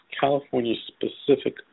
California-specific